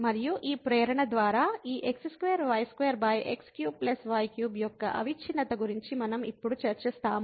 మరియు ఈ ప్రేరణ ద్వారా ఈ x2y2x3y3 యొక్క అవిచ్ఛిన్నత గురించి మనం ఇప్పుడు చర్చిస్తాము